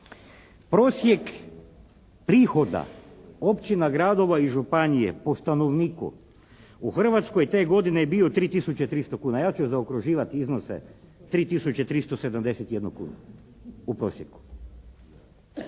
Prosjek prihoda općina, gradova i županije po stanovniku u Hrvatskoj te godine je bio 3 tisuće 300 kuna. Ja ću zaokruživati iznose. 3 tisuće 371 kunu u prosjeku.